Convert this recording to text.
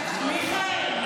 מיכאל, מיכאל.